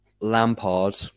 Lampard